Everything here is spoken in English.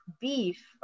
beef